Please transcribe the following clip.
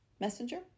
Messenger